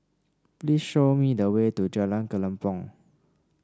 please show me the way to Jalan Kelempong